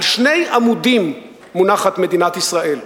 על שני עמודים מונחת מדינת ישראל: